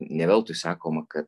ne veltui sakoma kad